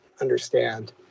understand